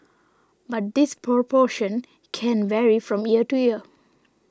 but this proportion can vary from year to year